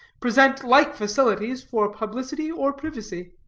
present like facilities for publicity or privacy.